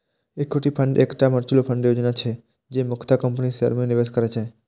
equity fund एकटा mutual fund योजना छियै, जे मुख्यतः कंपनीक शेयर मे निवेश करै छै